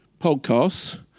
podcasts